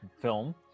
film